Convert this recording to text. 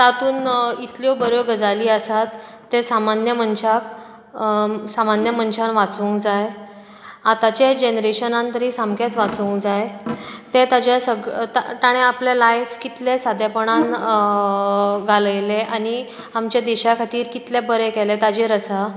तातूंत इतल्यो बऱ्यो गजाली आसात तें सामान्य मनशाक सामान्य मनशान वाचूंक जाय आतांचे जनरेशनान तरी सांकेंच वाचूंक जाय ते ताज्या सगळ्य ताणें आपलें लाय्फ कितल्या सादेपणान घालयले आनी आमच्या देशा खातीर कितलें बरें केलें ताजेर आसा